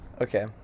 okay